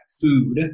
food